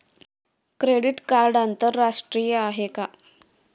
Credit card आंतरराष्ट्रीय आहे का?